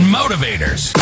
motivators